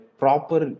proper